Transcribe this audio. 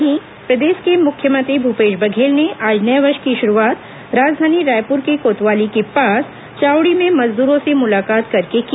वहीं प्रदेश के मुख्यमंत्री भूपेश बघेल ने आज नए वर्ष की शुरुआत राजधानी रायपुर के कोतवाली के पास चावड़ी में मजदूरों से मुलाकात करके की